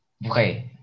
vrai